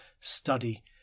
study